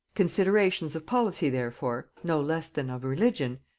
considerations of policy therefore, no less than of religion,